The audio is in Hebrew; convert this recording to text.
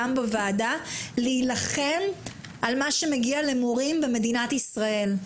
גם בוועדה להילחם על מה שמגיע למורים במדינת ישראל.